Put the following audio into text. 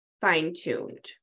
fine-tuned